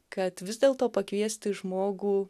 kad vis dėlto pakviesti žmogų